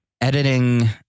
Editing